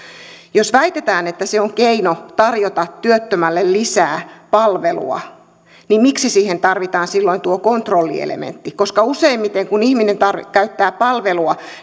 jos väitetään että se on keino tarjota työttömälle lisää palvelua niin miksi siihen tarvitaan silloin tuo kontrollielementti koska useimmiten kun ihminen käyttää palvelua